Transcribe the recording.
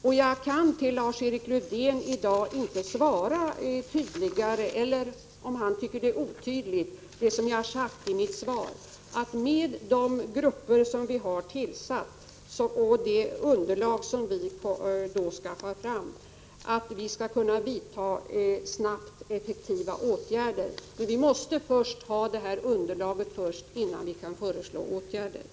Om Lars-Erik Lövdén tycker att det jag har framhållit är otydligt måste jag säga att jag i dag inte kan svara tydligare än jag gjort, när jag sagt att genom de arbetsgrupper vi tillsatt och genom det underlag som skaffas fram skall vi snabbt kunna vidta effektiva åtgärder. Men vi måste ha detta underlag, innan vi kan föreslå vad som skall göras.